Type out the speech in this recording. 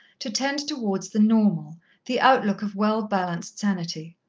to tend towards the normal the outlook of well-balanced sanity.